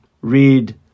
read